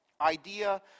idea